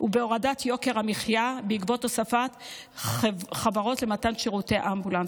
ובהורדת יוקר המחיה בעקבות הוספת חברות למתן שירותי אמבולנס.